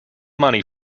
money